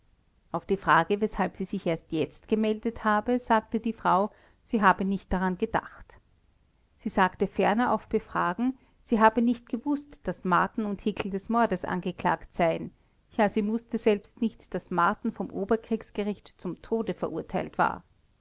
auf die frage weshalb sie sich erst jetzt gemeldet habe sagte die frau sie habe nicht daran gedacht sie sagte ferner auf befragen sie habe nicht gewußt daß marten und hickel des mordes angeklagt seien ja sie wußte selbst nicht daß marten vom oberkriegsgericht zum tode verurteilt war